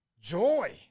Joy